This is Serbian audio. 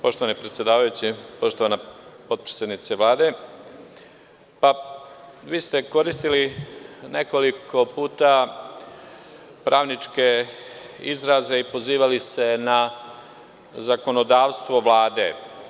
Poštovani predsedavajući, poštovana potpredsednice Vlade, vi ste koristili nekoliko puta pravničke izraze i pozivali se na zakonodavstvo Vlade.